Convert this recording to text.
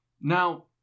Now